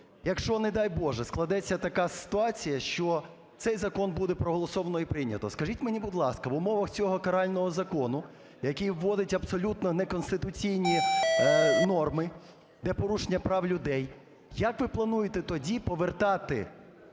якщо, не дай Боже, складеться така ситуація, що цей закон буде проголосовано і прийнято, скажіть мені, будь ласка, в умовах цього карального закону, який вводить абсолютно неконституційні норми, йде порушення прав людей, як ви плануєте тоді повертати